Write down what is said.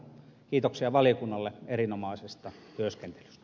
kiitoksia valiokunnalle erinomaisesta työskentelystä